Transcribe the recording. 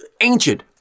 ancient